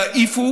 תעיפו